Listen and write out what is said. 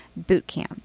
bootcamp